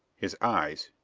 his eyes,